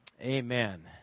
Amen